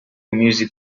music